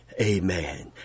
Amen